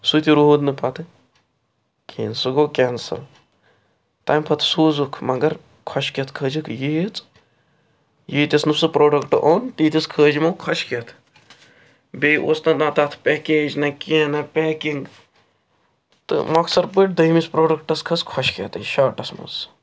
سُہ تہِ روٗد نہٕ پَتہٕ کیٚنٛہہ سُہ گوٚو کینسل تَمہِ پَتہٕ سوٗزُکھ مگر خۄشکٮ۪تھ کھٲجِکھ ییٖژ ییٖتِس نہٕ سُہ پرٛوڈَکٹہٕ اوٚن تیٖتِس کھٲج یِمو خۄشکٮ۪تھ بیٚیہِ اوس نہٕ نہَ تتھ پیکیج نہَ کیٚنٛہہ نہَ پیکِنٛگ تہٕ مۅخصر پٲٹھۍ دوٚیمِس پرٛوڈَکٹَس کھٔژ خۄشکٮ۪تھے شارٹَس مَنٛز